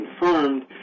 confirmed